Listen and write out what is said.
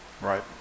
Right